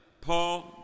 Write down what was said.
Paul